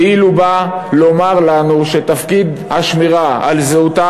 כאילו באה לומר לנו שתפקיד השמירה על זהותה